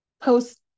post